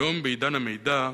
היום, בעידן המידע,